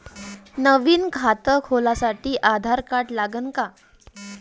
नवीन खात खोलासाठी आधार कार्ड लागन का?